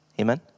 Amen